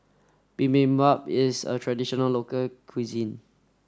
Bibimbap is a traditional local cuisine